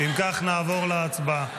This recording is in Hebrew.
אם כך, נעבור להצבעה.